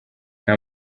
nta